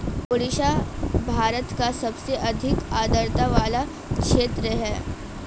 ओडिशा भारत का सबसे अधिक आद्रता वाला क्षेत्र है